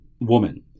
woman